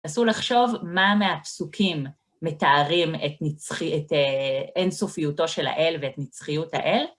נסו לחשוב מה מהפסוקים מתארים את אינסופיותו של האל ואת נצחיות האל.